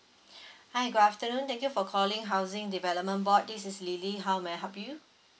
hi good afternoon thank you for calling housing development board this is lily how may I help you